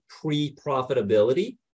pre-profitability